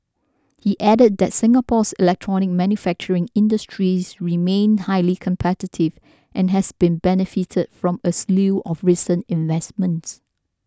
he added that Singapore's electronics manufacturing industries remained highly competitive and has benefited from a slew of recent investments